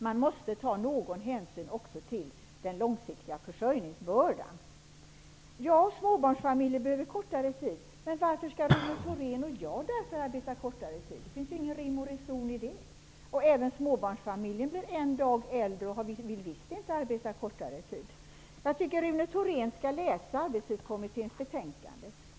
Man måste ta någon hänsyn också till den långsiktiga försörjningsbördan. Småbarnsfamiljerna behöver arbeta kortare tid. Ja, men varför skall Rune Thorén och jag arbeta kortare tid? Det finns ingen rim och reson i det. Även småbarnsfamiljerna blir äldre en dag och vill inte arbeta kortare tid. Jag tycker att Rune Thorén skall läsa Arbetstidskommitténs betänkande.